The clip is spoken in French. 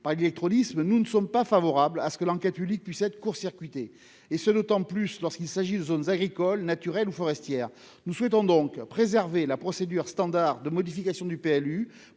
par l'illectronisme, nous ne sommes pas favorables à ce que l'enquête publique puisse être court-circuitée- lorsqu'il s'agit de zones agricoles, naturelles ou forestières. Nous souhaitons préserver la procédure standard de modification du PLU